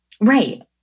right